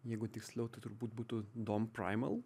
jeigu tiksliau tai turbūt būtų dom primal